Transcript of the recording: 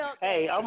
hey